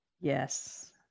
Yes